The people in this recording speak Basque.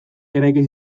eraiki